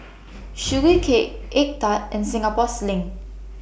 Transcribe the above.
Sugee Cake Egg Tart and Singapore Sling